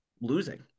losing